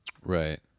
Right